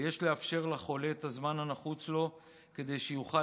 ויש לאפשר לחולה את הזמן הנחוץ לו כדי שיוכל